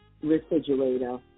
refrigerator